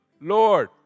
Lord